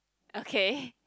okay